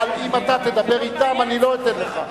אבל אם אתה תדבר אתם אני לא אתן לך.